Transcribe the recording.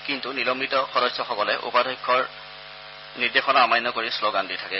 কিন্তু নিলম্বিত সদস্যসকলে উপাধ্যক্ষৰ নিৰ্দেশনা অমান্য কৰি শ্লোগান দি থাকে